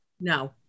No